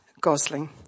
Gosling